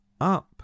up